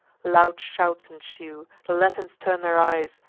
loud shouts ensue the latins turn their eyes,